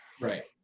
Right